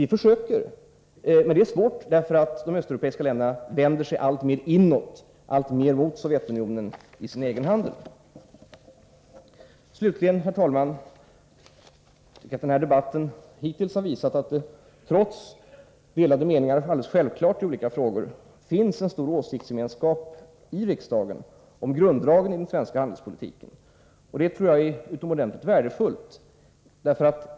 Vi försöker öka handeln, men det är svårt, eftersom de östeuropeiska länderna i sin egen handel alltmer vänder sig inåt, mot Sovjetunionen. Slutligen tycker jag, herr talman, att denna debatt hittills har visat att det — trots de delade meningar som vi självfallet har i olika frågor — i riksdagen finns en stor åsiktsgemenskap om grunddragen i den svenska handelspolitiken. Det tror jag är utomordentligt värdefullt.